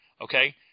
Okay